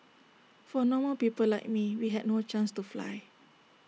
for normal people like me we had no chance to fly